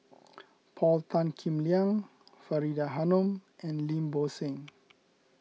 Paul Tan Kim Liang Faridah Hanum and Lim Bo Seng